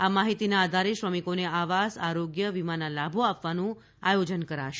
આ માહિતીના આધારે શ્રમિકોને આવાસ આરોગ્ય વીમાના લાભો આપવાનું આયોજન કરાશે